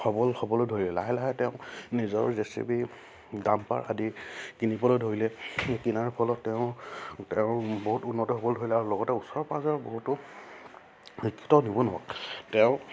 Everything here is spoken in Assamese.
সবল হ'বলৈ ধৰিলে লাহে লাহে তেওঁ নিজৰ জে চি বি দাম্পাৰ আদি কিনিবলৈ ধৰিলে কিনাৰ ফলত তেওঁ তেওঁ বহুত উন্নত হ'বলৈ ধৰিলে আৰু লগতে ওচৰ পাঁজৰ বহুতো শিক্ষিত নিবনুৱাক তেওঁ